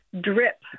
Drip